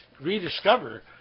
rediscover